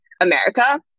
America